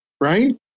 right